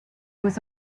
was